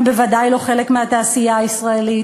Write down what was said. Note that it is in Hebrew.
לטעמי הם בוודאי לא חלק מהתעשייה הישראלית.